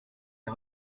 est